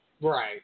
Right